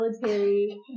military